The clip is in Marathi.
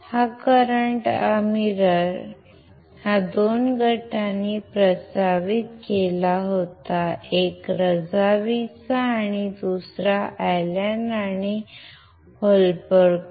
हा करंट आरसा 2 गटांनी प्रस्तावित केला होता एक रझावीचा आणि दुसरा अॅलन आणि होलबर्गचा